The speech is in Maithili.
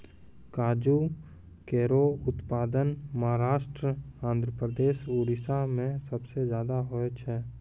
काजू केरो उत्पादन महाराष्ट्र, आंध्रप्रदेश, उड़ीसा में सबसे जादा होय छै